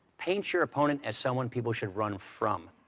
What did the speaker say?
paint your opponent as someone people should run from.